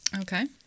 Okay